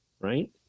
right